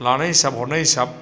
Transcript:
लानाय हिसाब हरनाय हिसाब